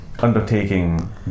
Undertaking